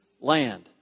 land